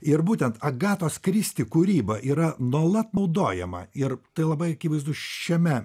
ir būtent agatos kristi kūryba yra nuolat naudojama ir tai labai akivaizdus šiame